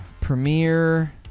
Premiere